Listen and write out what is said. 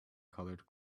colored